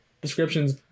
descriptions